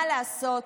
מה לעשות?